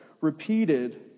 repeated